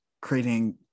creating